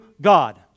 God